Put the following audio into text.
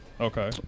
Okay